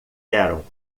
eram